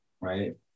right